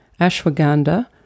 ashwagandha